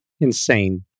insane